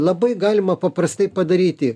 labai galima paprastai padaryti